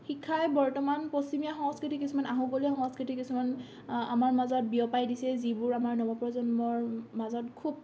শিক্ষাই বৰ্তমান পশ্চিমীয়া সংস্কৃতি কিছুমান আহুকলীয়া সংস্কৃতি কিছুমান আমাৰ মাজত বিয়পাই দিছে যিবোৰ আমাৰ নৱপ্ৰৱজন্মৰ মাজত খুব